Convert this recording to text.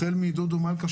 החל מדודו מלכא,